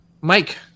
mike